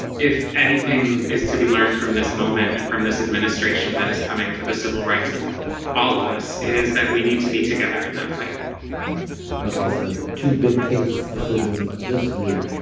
if anything is to be learned from this moment and from this administration that is coming for the civil rights of all of us it is that we need to be together in that fight okay, so two big case decisions this week.